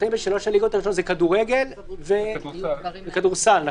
זה כדורגל וכדורסל.